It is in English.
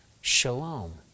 Shalom